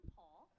Paul